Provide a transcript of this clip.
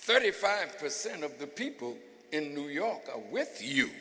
thirty five percent of the people in new york with you